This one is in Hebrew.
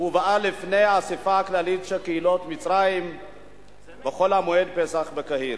בפני האספה הכללית של קהילות מצרים בחול-המועד פסח בקהיר.